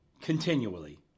continually